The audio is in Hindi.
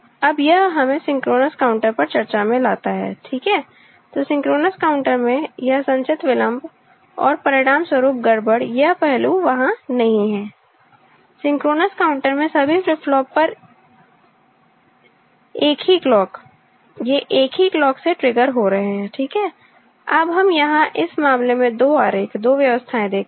अब यह हमें सिंक्रोनस काउंटर पर चर्चा में लाता है ठीक है तो सिंक्रोनस काउंटर में यह संचित विलंब और परिणामस्वरूप गड़बड़ ये पहलू वहां नहीं हैं सिंक्रोनस काउंटर में सभी फ्लिप फ्लॉप एक ही क्लॉक एक ही क्लॉक से ट्रिगर हो रहे हैं ठीक है अब हम यहाँ इस मामले में दो आरेख दो व्यवस्थाएँ देखते हैं